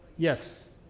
Yes